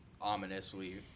ominously